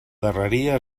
darreria